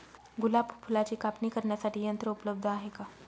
गुलाब फुलाची कापणी करण्यासाठी यंत्र उपलब्ध आहे का?